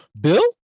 Bill